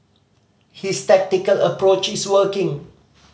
his tactical approach is working